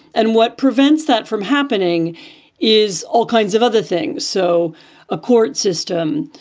and what prevents that from happening is all kinds of other things. so a court system,